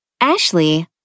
Ashley